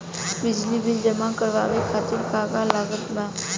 बिजली बिल जमा करावे खातिर का का लागत बा?